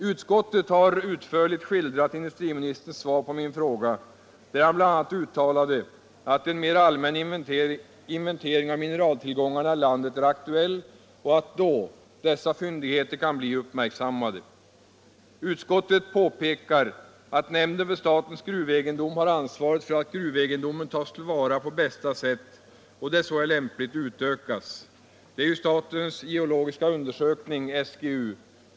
Utskottet har utförligt skildrat industriministerns svar på min fråga, där han bl.a. uttalade att en mera allmän inventering av mineraltillgångarna i landet är aktuell och att då dessa fyndigheter kan bli uppmärksammade. Utskottet påpekar att nämnden för statens gruvegendom har ansvaret för att gruvegendomen tas till vara på bästa sätt och där så är lämpligt utökas. Det är ju statens geologiska undersökning, SGU.